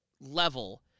level